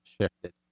shifted